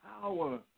power